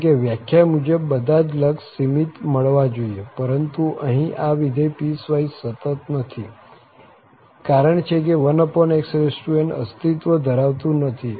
કારણ કે વ્યાખ્યા મુજબ બધા જ લક્ષ સીમિત મળવા જોઈએ પરંતુ અહીં આ વિધેય પીસવાઈસ સતત નથી કારણ છે કે 1xn અસ્તિત્વ ધરાવતું નથી